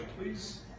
please